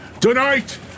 Tonight